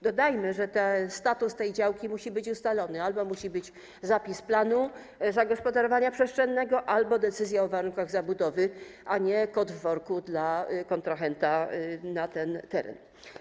Dodajmy, że status tej działki musi być ustalony - albo musi być zapis planu zagospodarowania przestrzennego, albo decyzja o warunkach zabudowy, a nie kot w worku dla kontrahenta, jeśli chodzi o ten teren.